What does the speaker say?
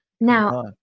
Now